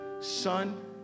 Son